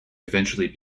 eventually